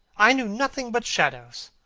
i knew nothing but shadows,